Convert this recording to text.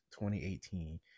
2018